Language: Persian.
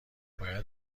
باید